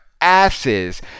asses